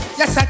yes